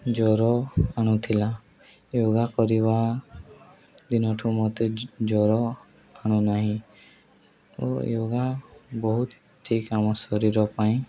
ଜର ଆଣୁଥିଲା ୟୋଗା କରିବା ଦିନଠୁ ମୋତେ ଜର ଆଣୁନାହିଁ ଓ ୟୋଗା ବହୁତ ଠିକ୍ ଆମ ଶରୀର ପାଇଁ